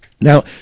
Now